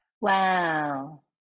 Wow